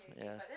yeah